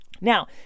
Now